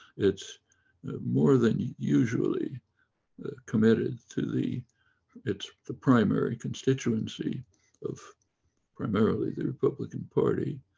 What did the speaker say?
it's more than usually committed to the it's the primary constituency of primarily the republican party,